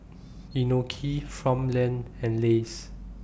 Inokim Farmland and Lays